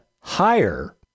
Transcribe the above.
higher